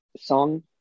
song